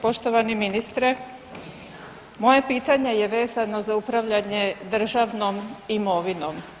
Poštovani ministre, moje pitanje je vezano za upravljanje državnom imovinom.